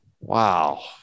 Wow